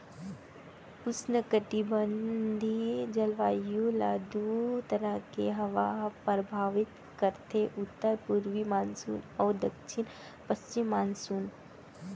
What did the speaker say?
उस्नकटिबंधीय जलवायु ल दू तरह के हवा ह परभावित करथे उत्तर पूरवी मानसून अउ दक्छिन पस्चिम मानसून